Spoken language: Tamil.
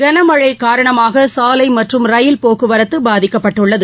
கனமழை காரணமாக சாலை மற்றும் ரயில் போக்குவரத்து பாதிக்கப்பட்டுள்ளது